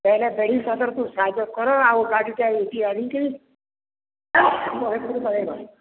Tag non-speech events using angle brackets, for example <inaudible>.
ପେହେଲେ bedding ପତ୍ରକୁ ସାଇତ କର ଆଉ ଗାଡ଼ିଟା ଏଇଠି କି ଆଣି କିରି <unintelligible> ପଳେଇ ନବ